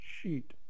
sheet